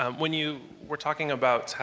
um when you were talking about